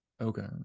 Okay